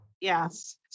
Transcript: Yes